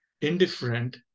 indifferent